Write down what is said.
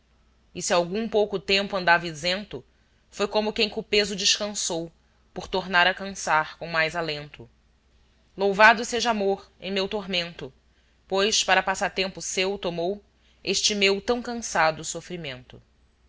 e se algum pouco tempo andava isento foi como quem co peso descansou por tornar a cansar com mais alento louvado seja amor em meu tormento pois para passatempo seu tomou este meu tão cansado sofrimento